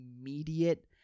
immediate